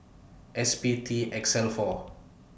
S P T X L four